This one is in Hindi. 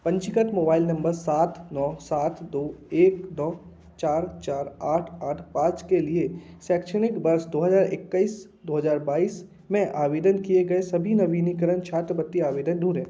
पंजीकृत मोबाइल नम्बर सात नौ सात दो नौ चार चार आठ आठ पाँच के लिए शैक्षणिक वर्ष दो हज़ार इक्कीस दो हज़ार बाइस में आवेदन किए गए सभी नवीनीकरण छात्रवृत्ति आवेदन ढूँढें